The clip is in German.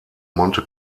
monte